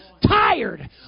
tired